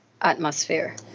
atmosphere